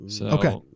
Okay